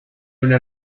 una